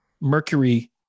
Mercury